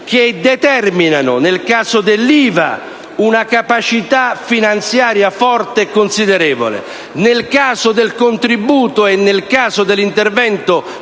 che determinano, nel caso dell'IVA, una capacità finanziaria forte e considerevole; nel caso del contributo e nel caso dell'intervento